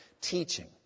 teaching